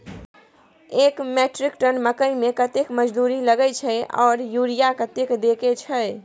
एक metric tonne मकई में कतेक मजदूरी लगे छै आर यूरिया कतेक देके छै?